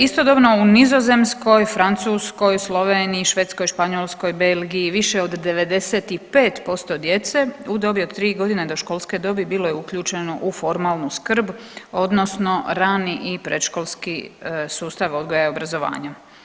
Istodobno u Nizozemskoj, Francuskoj, Sloveniji, Švedskoj, Španjolskoj, Belgiji više od 95% djece u dobi od 3.g. do školske dobi bilo je uključeno u formalnu skrb odnosno rani i predškolski sustav odgoja i obrazovanja.